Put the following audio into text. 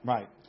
Right